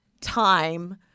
time